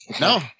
No